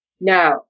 No